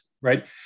right